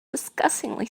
disgustingly